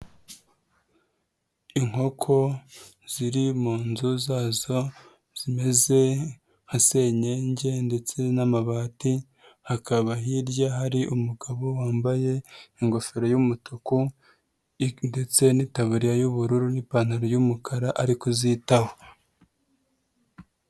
Inkoko ziri mu nzu zazo, zimeze nka senyenge ndetse n'amabati, hakaba hirya hari umugabo wambaye ingofero y'umutuku ndetse n'itaburiya y'ubururu n'ipantaro y'umukara, ari kuzitaho.